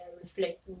reflect